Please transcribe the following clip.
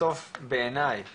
בסוף בעיני גם